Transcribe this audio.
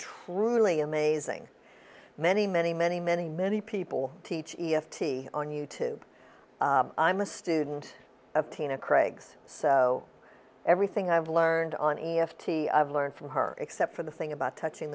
truly amazing many many many many many people teach e f t on you tube i'm a student of tina craigs so everything i've learned on e f t i've learned from her except for the thing about touching